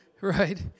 Right